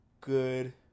good